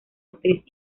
actriz